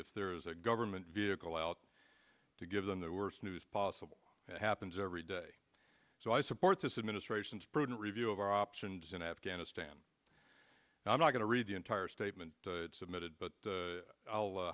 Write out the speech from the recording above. if there is a government vehicle out to give them the worst news possible happens every day so i support this administration's prudent review of our options in afghanistan i'm not going to read the entire statement submitted but i'll